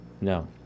No